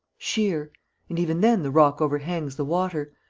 sheer and even then the rock overhangs the water.